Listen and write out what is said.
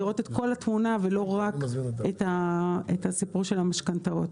לראות את כל התמונה ולא רק את הסיפור של המשכנתאות.